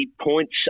points